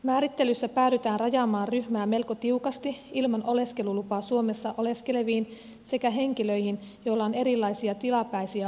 määrittelyssä päädytään rajaamaan ryhmää melko tiukasti ilman oleskelulupaa suomessa oleskeleviin sekä henkilöihin joilla on erilaisia tilapäisiä oleskelulupia